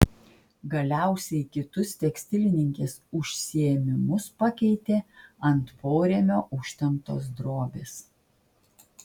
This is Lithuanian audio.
galiausiai kitus tekstilininkės užsiėmimus pakeitė ant porėmio užtemptos drobės